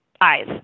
eyes